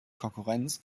konkurrenz